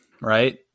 right